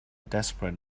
desperate